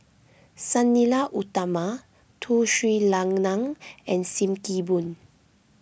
Sang Nila Utama Tun Sri Lanang and Sim Kee Boon